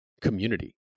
community